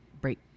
break